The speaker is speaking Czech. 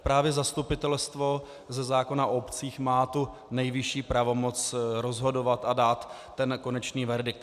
Právě zastupitelstvo ze zákona o obcích má tu nejvyšší pravomoc rozhodovat a dát konečný verdikt.